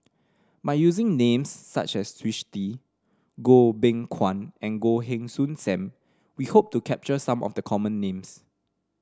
by using names such as Twisstii Goh Beng Kwan and Goh Heng Soon Sam we hope to capture some of the common names